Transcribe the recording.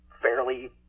fairly